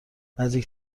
نزدیک